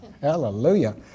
Hallelujah